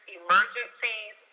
emergencies